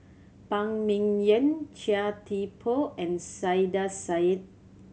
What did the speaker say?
Phan Ming Yen Chia Thye Poh and Saiedah Said